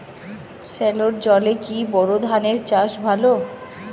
সেলোর জলে কি বোর ধানের চাষ ভালো?